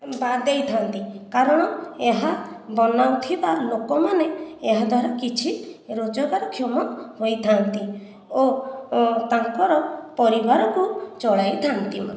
ବା ଦେଇଥାନ୍ତି କାରଣ ଏହା ବନାଉ ଥିବା ଲୋକମାନେ ଏହା ଦ୍ଵାରା କିଛି ରୋଜଗାରକ୍ଷମ ହୋଇଥାନ୍ତି ଓ ତାଙ୍କର ପରିବାର କୁ ଚଳାଇ ଥାଆନ୍ତି